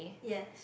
yes